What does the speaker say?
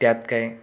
त्यात काय